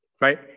right